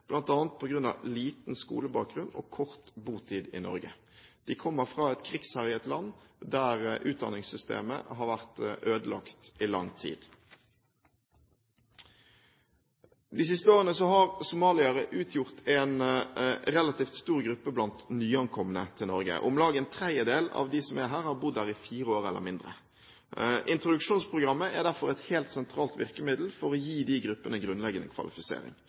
grunn av liten skolebakgrunn og kort botid i Norge. De kommer fra et krigsherjet land, der utdanningssystemet har vært ødelagt i lang tid. De siste årene har somaliere utgjort en relativt stor gruppe blant nyankomne til Norge. Om lag en tredjedel av dem som er her, har bodd her i fire år eller mindre. Introduksjonsprogrammet er derfor et helt sentralt virkemiddel for å gi disse gruppene grunnleggende kvalifisering.